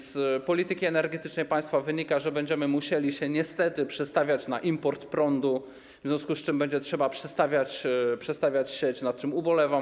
Z polityki energetycznej państwa wynika, że będziemy musieli się niestety przestawiać na import prądu, w związku z czym będzie trzeba przestawiać sieć, nad czym ubolewam.